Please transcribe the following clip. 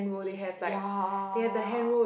is ya